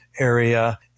area